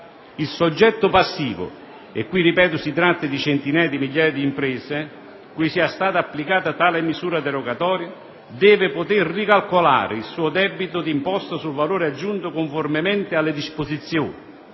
Il soggetto passivo - ripeto che si tratta di centinaia di migliaia di imprese - cui sia stata applicata tale misura derogatoria, deve poter ricalcolare il suo debito d'imposta sul valore aggiunto, conformemente alle disposizioni